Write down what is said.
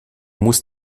musst